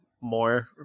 more